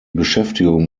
beschäftigung